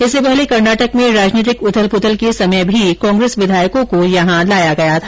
इससे पहले कर्नाटक में राजनीतिक उथल पृथल के समय भी कांग्रस विधायकों को यहाँ लाया गया था